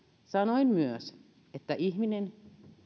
sanoin myös että ihminen